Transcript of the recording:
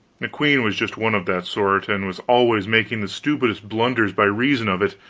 the queen was just one of that sort, and was always making the stupidest blunders by reason of it.